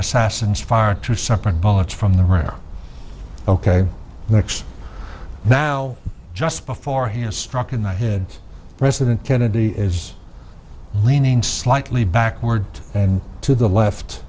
assassins fire two separate bullets from the rear ok next now just before he is struck in the head president kennedy is leaning slightly backward and to the left